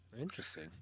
Interesting